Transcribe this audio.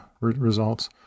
results